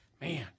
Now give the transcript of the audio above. man